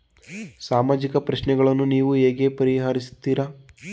ಸಾಮಾಜಿಕ ಪ್ರಶ್ನೆಗಳನ್ನು ನೀವು ಹೇಗೆ ಪರಿಹರಿಸುತ್ತೀರಿ?